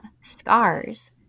scars